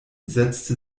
setzte